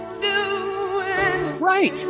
Right